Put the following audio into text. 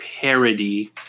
parody